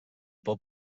por